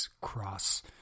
Cross